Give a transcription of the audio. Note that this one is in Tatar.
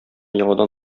яңадан